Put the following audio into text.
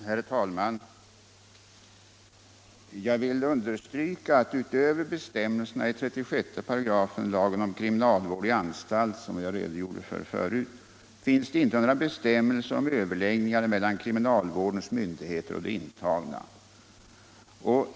Herr talman! Jag vill understryka att utöver bestämmelserna i 36 § lagen om kriminalvård i anstalt, som jag redogjorde för tidigare, finns det inte några bestämmelser om överläggningar mellan kriminalvårdens myndigheter och de intagna.